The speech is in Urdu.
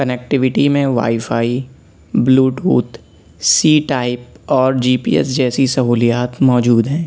کنکٹویٹی میں wi fi Bluetooth C type اور جی پی ایس جیسی سہولیات موجود ہیں